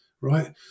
right